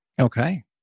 Okay